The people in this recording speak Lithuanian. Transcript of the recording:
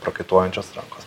prakaituojančios rankos